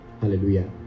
hallelujah